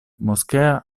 moschea